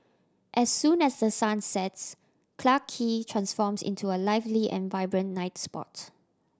as soon as the sun sets Clarke Quay transforms into a lively and vibrant night spot